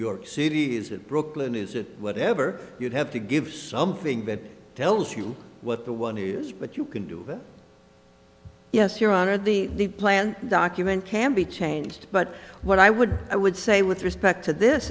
york city is it brooklyn is it whatever you have to give something that tells you what the one is but you can do it yes your honor the plan document can be changed but what i would i would say with respect to this